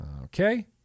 okay